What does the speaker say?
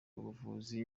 ubuvuzi